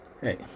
hey